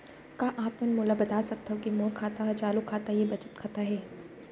का आप मन मोला बता सकथव के मोर खाता ह चालू खाता ये के बचत खाता?